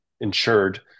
insured